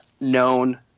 known